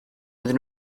iddyn